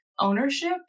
ownership